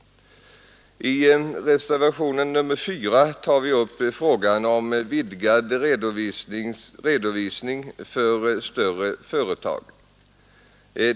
I reservationen 4 tar vi upp frågan om vidgad redovisning för större företag.